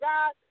God